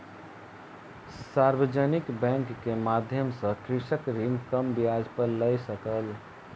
सार्वजानिक बैंक के माध्यम सॅ कृषक ऋण कम ब्याज पर लय सकल